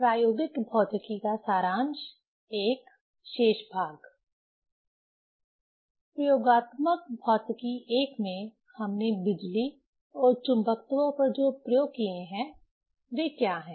प्रयोगात्मक भौतिकी I में हमने बिजली और चुंबकत्व पर जो प्रयोग किए हैं वे क्या हैं